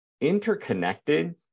interconnected